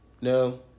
No